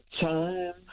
time